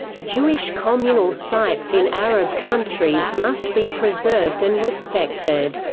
jewish communal sites in arab countries must be preserved and respected.